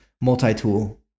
multi-tool